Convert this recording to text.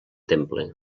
temple